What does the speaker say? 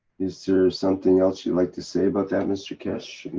is there something else you'd like to say about that, mr. keshe?